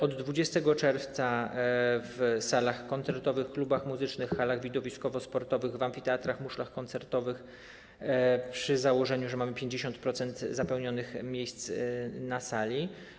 Od 20 czerwca - w salach koncertowych, klubach muzycznych, halach widowiskowo-sportowych, w amfiteatrach, muszlach koncertowych przy założeniu, że mamy 50% zapełnionych miejsc na sali.